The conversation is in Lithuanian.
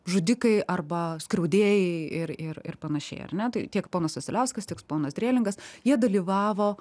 žudikai arba skriaudėjai ir ir ir panašiai ar ne tai tiek ponas vasiliauskas tiek ponas drėlingas jie dalyvavo